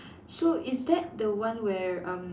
so is that the one where um